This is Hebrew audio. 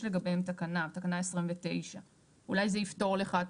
יש לגביהם תקנה - תקנה 29. אולי זה יפתור לך.